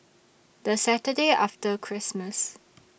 The Saturday after Christmas